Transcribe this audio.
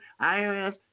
IRS